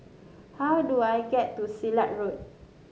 how do I get to Silat Road